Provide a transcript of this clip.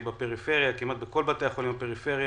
בפריפריה כמעט בכל בתי החולים בפריפריה,